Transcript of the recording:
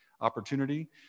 opportunity